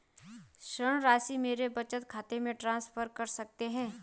ऋण राशि मेरे बचत खाते में ट्रांसफर कर सकते हैं?